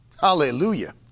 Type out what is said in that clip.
Hallelujah